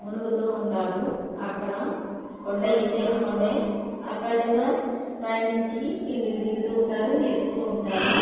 మునుగుతూ ఉంటారు అక్కడ కొండ ఎతైన కొండే అక్కడ కూడా పైనుంచి కిందికి దిగుతూ ఉంటారు ఎక్కుతూ ఉంటారు